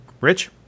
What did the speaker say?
Rich